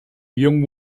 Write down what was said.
young